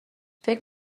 فکر